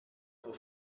nur